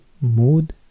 Mood